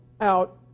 out